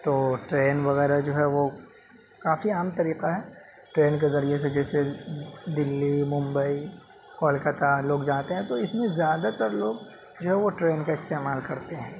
تو ٹرین وغیرہ جو ہے وہ کافی عام طریقہ ہے ٹرین کے ذریعے سے جیسے دہلی ممبئی کولکاتہ لوگ جاتے ہیں تو اس میں زیادہ تر لوگ جو ہے وہ ٹرین کا استعمال کرتے ہیں